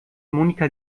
monika